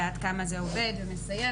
ועד כמה זה עובד ומסייע,